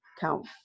count